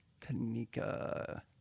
Kanika